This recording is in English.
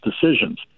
decisions